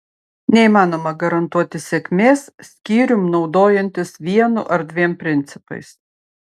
neįmanoma garantuoti sėkmės skyrium naudojantis vienu ar dviem principais